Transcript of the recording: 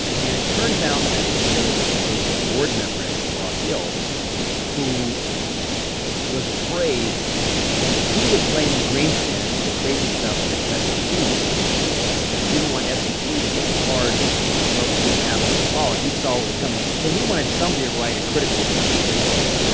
and it turns out that there was ah there was a board member at mcgraw-hill who was afraid he was blaming greenspan for the crazy stuff that s and p was doing and didn't want s and p to get tarred with what was going to happen in the fall. he saw what was coming. so he wanted somebody to write a critical account of greenspan.